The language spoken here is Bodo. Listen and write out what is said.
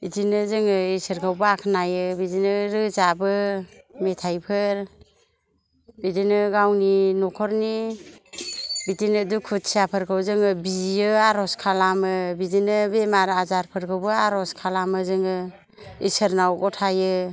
बिदिनो जोङो इसोरखौ बाखनायो बिदिनो रोजाबो मेथायफोर बिदिनो गावनि नखरनि बिदिनो दुखुथियाफोरखौ जोङो बियो आरज खालामो बिदिनो बेराम आजारफोरखौबो आरज खालामो जोङो इसोरनाव गथायो